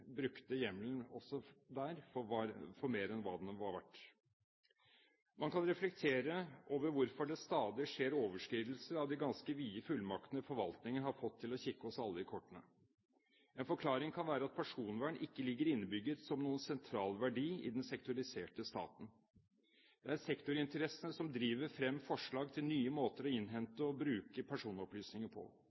brukte hjemmelen også der for mer enn hva den var verd. Man kan reflektere over hvorfor det stadig skjer overskridelser av de ganske vide fullmaktene forvaltningen har fått til å kikke oss alle i kortene. En forklaring kan være at personvern ikke ligger innebygget som noen sentral verdi i den sektoriserte staten. Det er sektorinteressene som driver frem forslag til nye måter å innhente og bruke personopplysninger på.